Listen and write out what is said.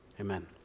Amen